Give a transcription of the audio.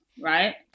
Right